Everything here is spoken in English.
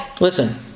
Listen